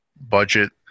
budget